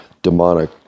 Demonic